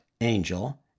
angel